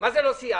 מה זה לא סיימנו?